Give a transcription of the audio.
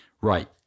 right